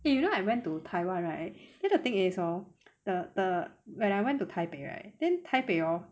eh you know I went to taiwan right then the thing is hor the the when I went to taipei right then taipei hor